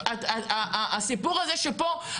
הסיפור הזה שפה,